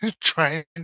trying